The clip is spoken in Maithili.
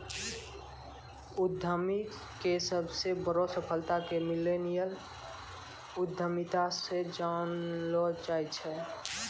उद्यमीके सबसे बड़ो सफलता के मिल्लेनियल उद्यमिता से जानलो जाय छै